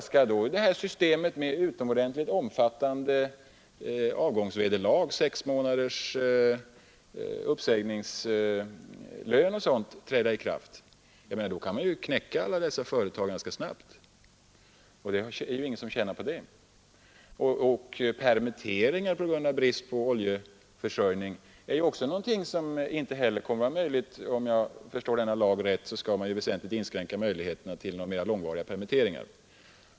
Skall då systemet med utomordentligt omfattande avgångsvederlag — sex månaders uppsägsningslön och annat sådant — träda i kraft? I så fall kan man knäcka alla dessa företag ganska snabbt, och det är ju ingen som tjänar på det. Permitteringar på grund av bristande oljeförsörjning är någonting som inte heller kommer att bli möjligt. Om jag förstår denna lag rätt skall man väsentligt inskränka möjligheterna till mera långvariga permitteringar.